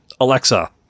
Alexa